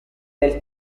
del